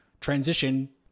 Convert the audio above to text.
transition